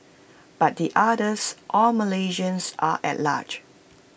but the others all Malaysians are at large